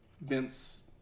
Vince